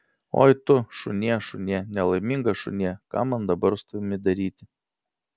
oi tu šunie šunie nelaimingas šunie ką man dabar su tavimi daryti